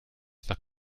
faire